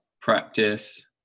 practice